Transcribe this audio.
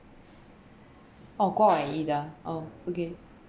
oh go and eat ah okay